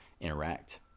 interact